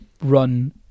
run